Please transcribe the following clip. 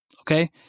Okay